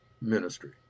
ministry